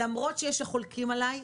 למרות שיש כאלה שחולקים עלי,